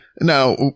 Now